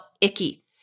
icky